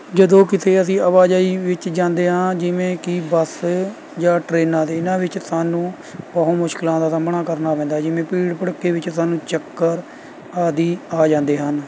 ਜਦੋਂ ਕਿਤੇ ਅਸੀਂ ਆਵਾਜਾਈ ਵਿੱਚ ਜਾਂਦੇ ਹਾਂ ਜਿਵੇਂ ਕਿ ਬੱਸ ਜਾਂ ਟ੍ਰੇਨਾਂ ਤੇ ਇਨ੍ਹਾਂ ਵਿੱਚ ਸਾਨੂੰ ਬਹੁਤ ਮੁਸ਼ਕਿਲਾਂ ਦਾ ਸਾਹਮਣਾ ਕਰਨਾ ਪੈਂਦਾ ਹੈ ਜਿਵੇਂ ਭੀੜ ਭੜੱਕੇ ਵਿੱਚ ਸਾਨੂੰ ਚੱਕਰ ਆਦਿ ਆ ਜਾਂਦੇ ਹਨ